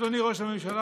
אדוני ראש הממשלה,